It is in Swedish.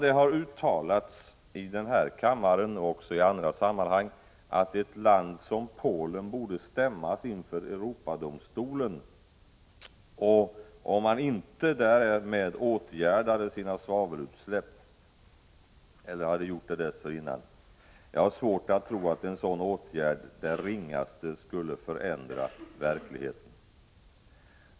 Det har uttalats i denna kammare och också i andra sammanhang att ett land som Polen borde stämmas inför Europadomstolen om man inte åtgärdar sina svavelutsläpp. Jag har svårt att tro att en sådan åtgärd det ringaste skulle förändra verkligheten.